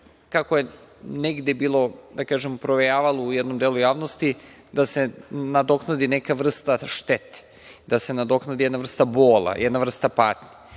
kako je negde bilo, da kažem provejavalo u jednom delu javnosti, da se nadoknadi neka vrsta štete, da se nadoknadi jedna vrsta bola, jedna vrsta patnje.